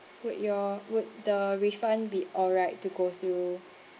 would your would the refund be alright to go through